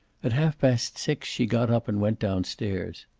at half past six she got up and went down-stairs.